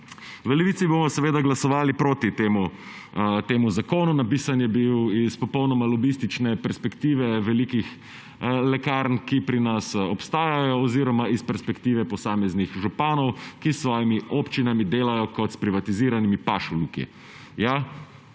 V Levici bomo seveda glasovali proti temu zakonu. Napisan je bil s popolnoma lobistične perspektive velikih lekarn, ki pri nas obstajajo, oziroma s perspektive posameznih županov, ki s svojimi občinami delajo kot s privatiziranimi pašniki.